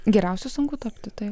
geriausiu sunku tapti